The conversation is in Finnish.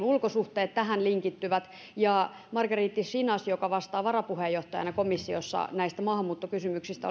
ulkosuhteet tähän linkittyvät ja olen myös margaritis schinasin kanssa joka vastaa varapuheenjohtajana komissiossa näistä maahanmuuttokysymyksistä